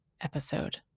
episode